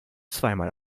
zweimal